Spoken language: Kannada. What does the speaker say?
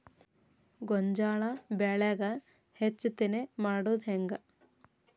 ಗೋಂಜಾಳ ಬೆಳ್ಯಾಗ ಹೆಚ್ಚತೆನೆ ಮಾಡುದ ಹೆಂಗ್?